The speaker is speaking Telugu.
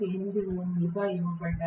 8 ఓంలు గా ఇవ్వబడ్డాయి